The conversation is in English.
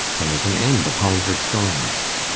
then there's an end of halvard solness.